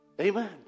Amen